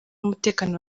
n’umutekano